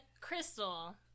Crystal